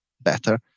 better